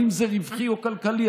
אם זה רווחי או כלכלי,